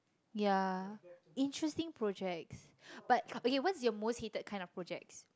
ya interesting projects but okay what's your most hated kind of projects